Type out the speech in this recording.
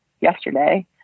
yesterday